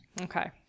okay